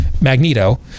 Magneto